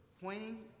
pointing